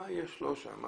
מה יש לו שם?